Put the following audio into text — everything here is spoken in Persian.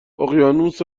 اقیانوس